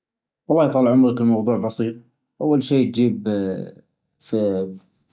والله طال عمرك الموضوع بسيط أول حاچة تجيب